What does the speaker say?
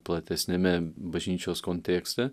platesniame bažnyčios kontekste